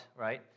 right